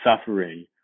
suffering